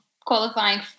qualifying